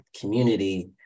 community